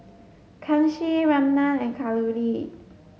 Kanshi Ramnath and Kalluri